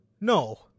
No